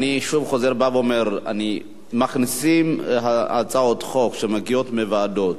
אני שוב חוזר ואומר: מכניסים הצעות חוק שמגיעות מהוועדות.